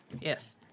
yes